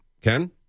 Ken